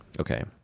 Okay